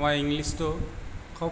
মই ইংলিছটো খুব